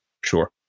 Sure